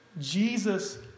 Jesus